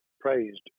praised